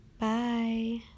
bye